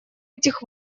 этих